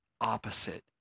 opposite